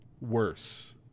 worse